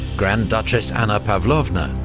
grand duchess anna pavlovna,